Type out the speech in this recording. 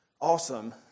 awesome